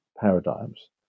paradigms